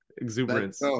exuberance